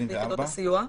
ביחידות הסיוע,